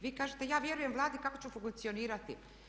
Vi kažete ja vjerujem Vladi kako će funkcionirati.